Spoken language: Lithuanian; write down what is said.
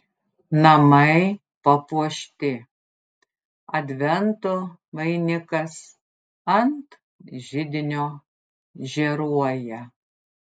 namai papuošti advento vainikas ant židinio žėruoja